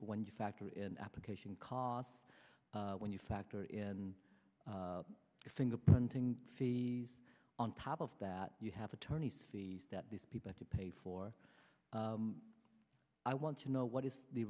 when you factor in application costs when you factor in the fingerprinting fees on top of that you have attorneys fees that these people to pay for i want to know what is the